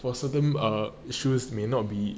for certains ah shoes may not be